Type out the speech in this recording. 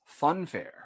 Funfair